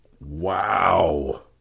Wow